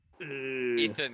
Ethan